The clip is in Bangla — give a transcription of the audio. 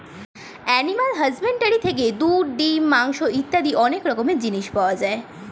অ্যানিমাল হাসব্যান্ডরি থেকে দুধ, ডিম, মাংস ইত্যাদি অনেক রকমের জিনিস পাওয়া যায়